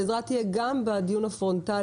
העזרה תהיה גם בדיון הפרונטלי,